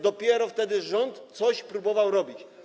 Dopiero wtedy rząd coś próbował robić.